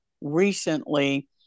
recently